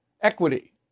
equity